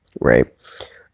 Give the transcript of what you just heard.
right